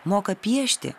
moka piešti